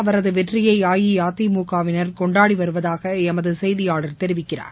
அவரது வெற்றிய அஇஅதிமுக வினர் கொண்டாடி வருவதாக எமது செய்தியாளர் தெரிவிக்கிறார்